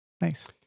Nice